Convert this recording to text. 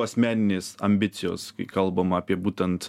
asmeninės ambicijos kai kalbama apie būtent